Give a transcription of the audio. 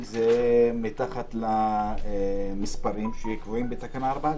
אם זה מתחת למספרים שקבועים בתקנה (4א).